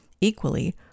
Equally